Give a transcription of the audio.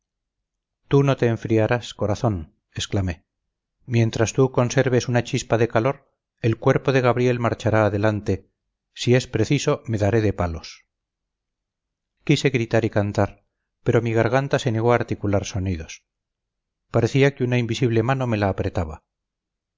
tú no te enfriarás corazón exclamé mientras tú conserves una chispa de calor el cuerpo de gabriel marchará adelante si es preciso me daré de palos quise gritar y cantar pero mi garganta se negó a articular sonidos parecía que una invisible mano me la apretaba